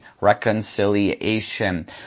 reconciliation